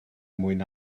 mwyn